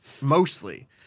mostly